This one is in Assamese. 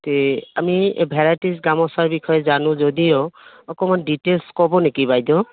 তে আমি ভেৰাইটিজ গামোচাৰ বিষয়ে জানো যদিও অকণমান ডিটেইলছ ক'ব নেকি বাইদেউ